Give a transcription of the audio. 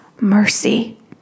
mercy